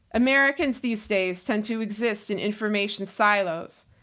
americans these days tend to exist in information silos,